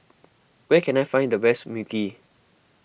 where can I find the best Mui Kee